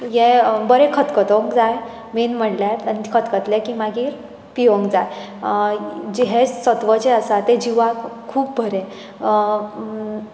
यें बरें खतखतोंक जाय मेन म्हळ्यार आनीं तें खतखतलें की मागीर पिवूंक जाय जें हें सत्व जें आसा तें जिवाक खूब बरें